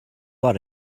ought